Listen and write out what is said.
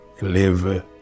live